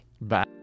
Bye